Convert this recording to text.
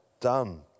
done